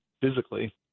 physically